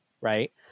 right